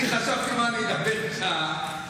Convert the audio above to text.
אני חשבתי: מה, אני אדבר שעה?